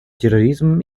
терроризмом